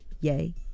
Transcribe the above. Yay